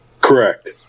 Correct